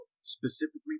specifically